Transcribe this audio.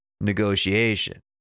negotiation